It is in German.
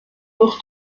wird